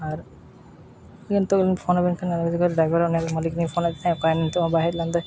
ᱟᱨ ᱱᱤᱛᱚᱜ ᱞᱤᱧ ᱯᱷᱳᱱ ᱟᱵᱮᱱ ᱠᱟᱱᱟ ᱰᱟᱭᱵᱷᱟᱨ ᱢᱟᱹᱞᱤᱠ ᱞᱤᱧ ᱯᱷᱳᱱ ᱟᱫᱮ ᱛᱟᱦᱮᱱ ᱚᱠᱟᱭᱮᱱᱟᱭ ᱱᱤᱛᱚᱜ ᱦᱚᱸᱵᱟᱭ ᱦᱮᱡ ᱞᱮᱱ ᱫᱚᱭ